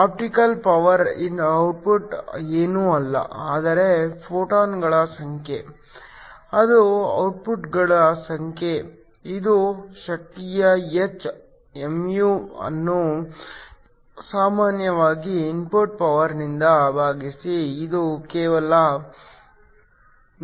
optical power output ಏನೂ ಅಲ್ಲ ಆದರೆ ಫೋಟಾನ್ಗಳ ಸಂಖ್ಯೆ ಇದು ಫೋಟಾನ್ಗಳ ಸಂಖ್ಯೆ ಇದು ಶಕ್ತಿಯ h mu ಅನ್ನು ಸಾಮಾನ್ಯವಾಗಿ ಇನ್ಪುಟ್ ಪವರ್ನಿಂದ ಭಾಗಿಸಿ ಇದು ಕೇವಲ IV ಆಗಿದೆ